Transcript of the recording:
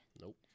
nope